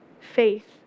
faith